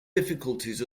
difficulties